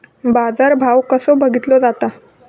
बाजार भाव कसो बघीतलो जाता?